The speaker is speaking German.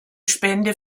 spende